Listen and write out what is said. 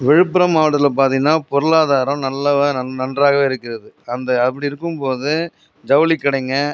விழுப்புரம் மாவட்டத்தில் பார்த்திங்கன்னா பொருளாதாரம் நல்லதாக நன் நன்றாகவே இருக்கிறது அந்த அப்படி இருக்கும்போது ஜவுளி கடைங்க